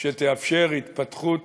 שתאפשר התפתחות